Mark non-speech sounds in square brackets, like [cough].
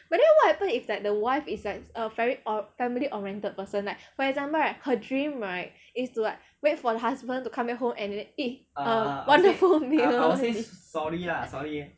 but then what happen if like the wife is a very orien~ family orientated person for example right her dream right is to like wait for the husband to come back home and then eat a wonderful meal [laughs]